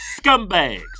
scumbags